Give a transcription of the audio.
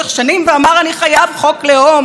כי חיי אינם חיים בלי חוק הלאום,